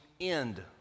end